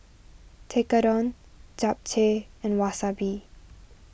Tekkadon Japchae and Wasabi